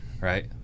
right